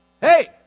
Hey